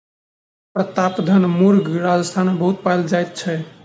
प्रतापधन मुर्ग राजस्थान मे बहुत पाओल जाइत छै